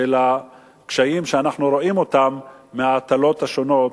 הקשיים שאנחנו רואים מההיטלים השונים,